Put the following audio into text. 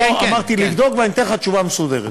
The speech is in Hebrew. אמרתי: לבדוק, ואני אתן לך תשובה מסודרת.